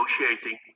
negotiating